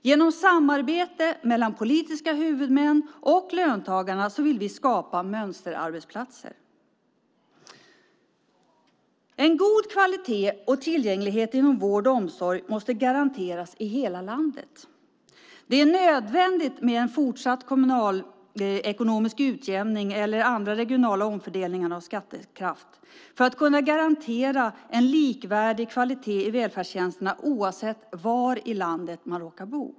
Genom samarbete mellan politiska huvudmän och löntagarna vill vi skapa mönsterarbetsplatser. En god kvalitet och tillgänglighet inom vård och omsorg måste garanteras i hela landet. Det är nödvändigt med en fortsatt kommunalekonomisk utjämning eller andra regionala omfördelningar av skattekraft för att kunna garantera en likvärdig kvalitet i välfärdstjänsterna oavsett var i landet man råkar bo.